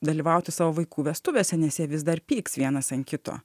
dalyvauti savo vaikų vestuvėse nes jie vis dar pyks vienas ant kito